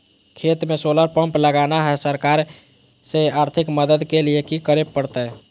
खेत में solar pump लगाना है, सरकार से आर्थिक मदद के लिए की करे परतय?